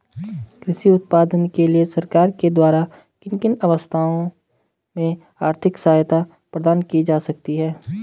कृषि उत्पादन के लिए सरकार के द्वारा किन किन अवस्थाओं में आर्थिक सहायता प्रदान की जाती है?